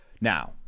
now